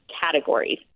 categories